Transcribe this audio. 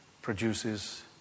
Produces